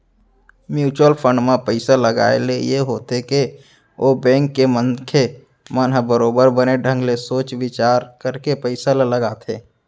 mutual fund म पइसा लगाए ले ये होथे के ओ बेंक के मनखे मन ह बरोबर बने ढंग ले सोच बिचार करके पइसा ल लगाथे